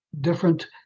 different